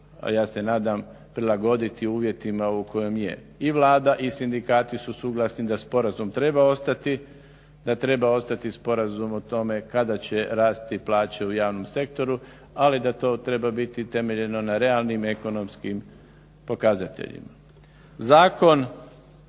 ja se nadam prilagoditi uvjetima u kojima je. I Vlada i sindikati su suglasni da sporazum treba ostati, da treba ostati sporazum o tome kada će rasti plaće u javnom sektoru. Ali da to treba biti temeljeno na realnim ekonomskim pokazateljima. Zakon